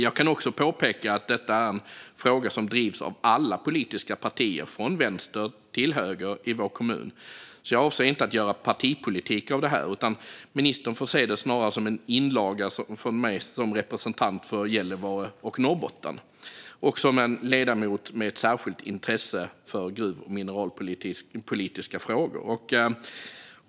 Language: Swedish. Jag kan också påpeka att detta är en fråga som drivs av alla politiska partier från vänster till höger i vår kommun, så jag avser inte att göra partipolitik av det här. Ministern får se det snarare som en inlaga från mig som representant för Gällivare och Norrbotten och som en ledamot med ett särskilt intresse för gruv och mineralpolitiska frågor.